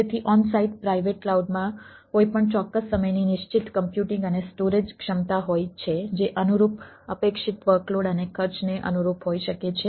તેથી on site private ક્લાઉડમાં કોઈપણ ચોક્કસ સમયની નિશ્ચિત કમ્પ્યુટિંગ અને સ્ટોરેજ ક્ષમતા હોય છે જે અનુરૂપ અપેક્ષિત વર્કલોડ અને ખર્ચને અનુરૂપ હોઈ શકે છે